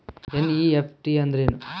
NEFT ಅಂದ್ರೆನು?